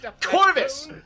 Corvus